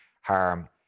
harm